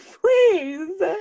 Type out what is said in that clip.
please